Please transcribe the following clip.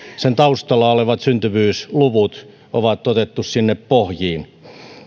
sen taustalla olevat syntyvyysluvut on otettu sinne pohjiin